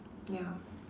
ya